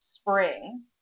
spring